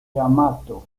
yamato